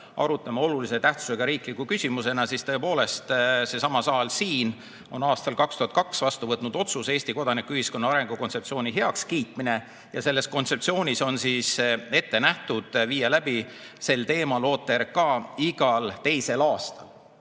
arutame olulise tähtsusega riikliku küsimusena. Tõepoolest, seesama saal siin on aastal 2002 vastu võtnud otsuse "Eesti kodanikuühiskonna arengukontseptsiooni heakskiitmine" ja selles kontseptsioonis on ette nähtud, et tuleb sel teemal teha OTRK igal teisel aastal.